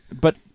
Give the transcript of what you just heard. but-